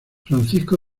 francisco